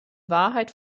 wahrheit